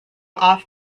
off